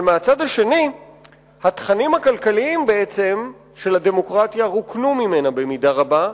אבל מהצד השני התכנים הכלכליים של הדמוקרטיה רוקנו ממנה במידה רבה,